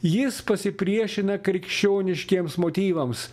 jis pasipriešina krikščioniškiems motyvams